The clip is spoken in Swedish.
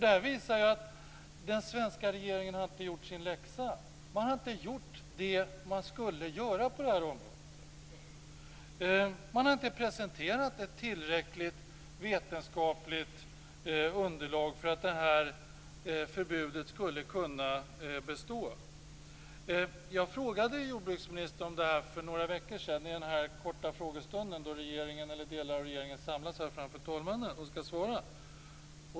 Det här visar att den svenska regeringen inte har gjort sin läxa. Den har inte gjort det som den skulle göra på detta område. Regeringen har inte presenterat ett tillräckligt vetenskapligt underlag för att detta förbud skulle kunna bestå. Jag frågade jordbruksministern om detta för några veckor sedan i den muntliga frågestunden.